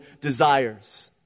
desires